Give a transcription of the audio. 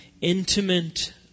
intimate